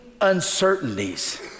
uncertainties